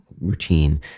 routine